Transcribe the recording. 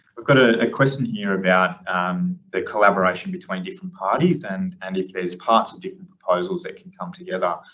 we've got a question here about um the collaboration between different parties and, and if there's parts of different proposals that can come together.